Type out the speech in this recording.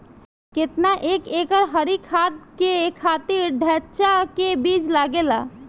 केतना एक एकड़ हरी खाद के खातिर ढैचा के बीज लागेला?